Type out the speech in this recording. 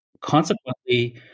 consequently